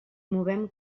movem